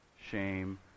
shame